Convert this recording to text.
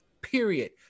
period